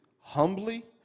humbly